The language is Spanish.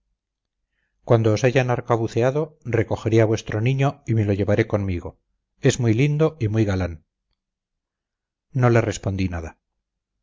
os hayan arcabuceado recogeré a vuestro niño y me lo llevaré conmigo es muy lindo y muy galán no le respondí nada